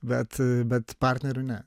bet bet partneriu ne